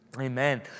Amen